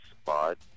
spot